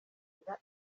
kugira